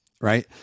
right